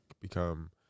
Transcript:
become